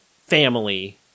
family